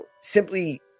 simply